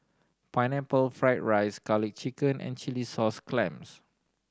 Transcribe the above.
Pineapple Fried rice Garlic Chicken and chilli sauce clams